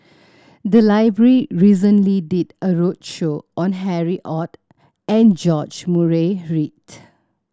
the library recently did a roadshow on Harry Ord and George Murray Reith